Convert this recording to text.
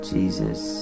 Jesus